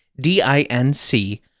D-I-N-C